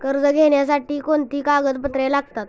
कर्ज घेण्यासाठी कोणती कागदपत्रे लागतात?